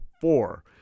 Four